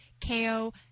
ko